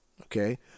Okay